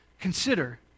consider